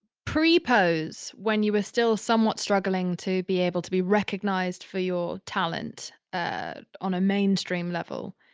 pre pose when you were still somewhat struggling to be able to be recognized for your talent ah on a mainstream level,